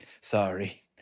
Sorry